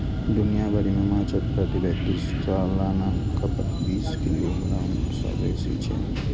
दुनिया भरि मे माछक प्रति व्यक्ति सालाना खपत बीस किलोग्राम सं बेसी छै